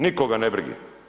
Nikoga ne brige.